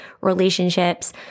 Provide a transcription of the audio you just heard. relationships